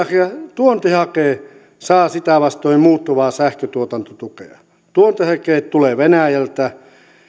tuontihake saa sitä vastoin muuttuvaa sähköntuotantotukea tuontihake tulee venäjältä